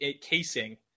casing